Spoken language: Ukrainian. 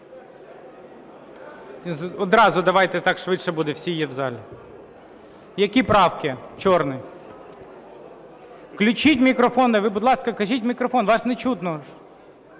Одразу давайте, так швидше буде. Всі є в залі? Які правки, Чорний? Включіть мікрофон, будь ласка, кажіть в мікрофон, вас не чутно